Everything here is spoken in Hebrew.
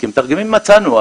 כי מתרגמים מצאנו,